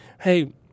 Hey